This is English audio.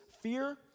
fear